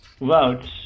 votes